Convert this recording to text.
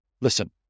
listen